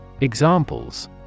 Examples